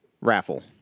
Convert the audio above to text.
raffle